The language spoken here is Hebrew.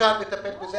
אפשר יהיה לטפל בזה.